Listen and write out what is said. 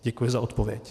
Děkuji za odpověď.